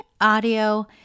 audio